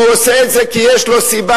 עושה את זה כי יש לו סיבה,